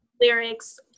lyrics